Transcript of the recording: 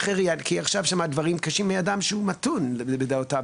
כי עכשיו שמעת דברים קשים מאדם שהוא מתון בדעותיו,